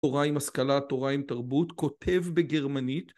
תורה עם השכלה, תורה עם תרבות, כותב בגרמנית